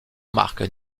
marc